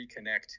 reconnect